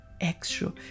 extra